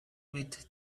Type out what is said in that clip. with